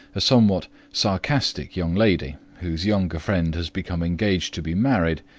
a somewhat sarcastic young lady, whose younger friend has become engaged to be married,